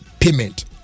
payment